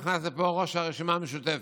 נכנס לפה ראש הרשימה המשותפת,